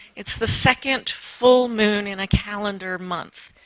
it's the second full moon in a calendar month.